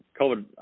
COVID